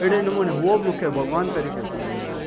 अहिड़े नमूने उहो मूंखे भॻिवानु तरीक़े पूॼींदी हुई